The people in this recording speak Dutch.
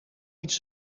iets